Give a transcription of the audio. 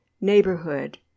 neighborhood